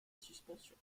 suspension